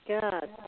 god